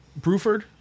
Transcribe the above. Bruford